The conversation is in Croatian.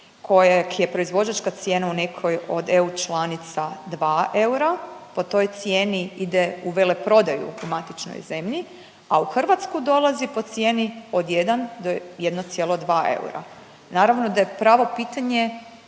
kojeg je proizvođačka cijena u nekoj od EU članica dva eura, po toj cijeni ide u veleprodaju u matičnoj zemlji, a u Hrvatsku dolazi po cijeni od jedan do 1,2 eura. Naravno da je pravo pitanje